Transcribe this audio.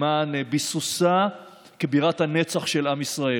למען ביסוסה כבירת הנצח של עם ישראל.